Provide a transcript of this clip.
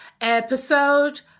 Episode